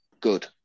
good